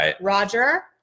Roger